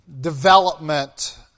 development